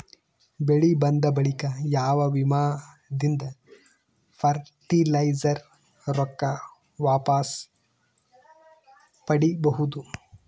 ಬೆಳಿ ಬಂದ ಬಳಿಕ ಯಾವ ವಿಮಾ ದಿಂದ ಫರಟಿಲೈಜರ ರೊಕ್ಕ ವಾಪಸ್ ಪಡಿಬಹುದು?